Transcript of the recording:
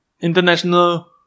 International